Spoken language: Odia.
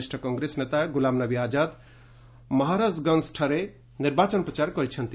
ବରିଷ୍ଣ କଂଗ୍ରେସ ନେତା ଘୁଲାମ୍ ନବୀ ଆଜାଦ୍ ମହାରଜଗଞ୍ଠାରେ ନିର୍ବାଚନ ପ୍ରଚାର କରିଛନ୍ତି